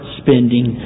spending